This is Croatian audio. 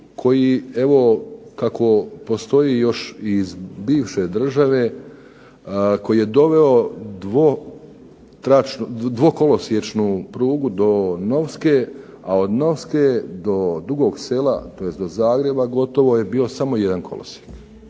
koji kako još postoji iz bivše države, koji je doveo dvokolosiječnu prugu do Novske, a od Novske do Dugog sela do Zagreba je bio samo jedan kolosijek.